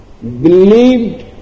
believed